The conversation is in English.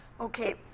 Okay